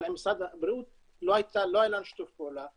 אבל עם משרד הבריאות לא היה לנו שיתוף פעולה,